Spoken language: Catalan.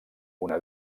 una